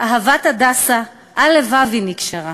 "אהבת הדסה על לבבי נקשרה,